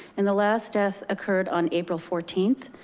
and the last death occurred on april fourteenth,